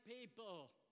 people